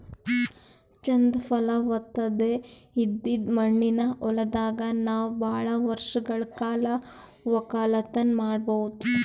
ಚಂದ್ ಫಲವತ್ತತೆ ಇದ್ದಿದ್ ಮಣ್ಣಿನ ಹೊಲದಾಗ್ ನಾವ್ ಭಾಳ್ ವರ್ಷಗಳ್ ಕಾಲ ವಕ್ಕಲತನ್ ಮಾಡಬಹುದ್